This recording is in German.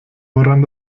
woran